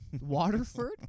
Waterford